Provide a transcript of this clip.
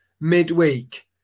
midweek